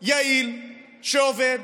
יעיל, שעובד,